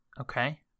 okay